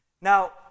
Now